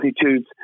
attitudes